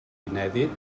inèdit